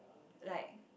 like